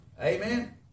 Amen